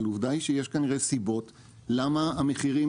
אבל עובדה היא שיש כנראה סיבות למה המחירים